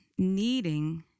needing